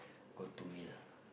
go to meal